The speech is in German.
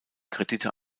kredite